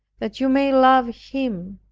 that you may love him.